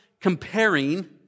comparing